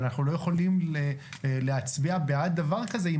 אבל אנחנו לא יכולים להצביע בעד דבר כזה עם